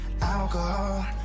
Alcohol